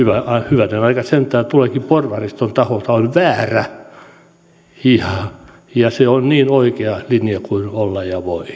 hyvänen aika sentään tuleekin porvariston taholta on väärä ja ja se on niin oikea linja kuin olla ja voi